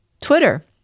Twitter